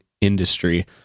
industry